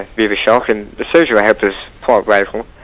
a bit of a shock and the surgery i had was quite radical,